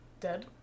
dead